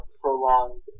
prolonged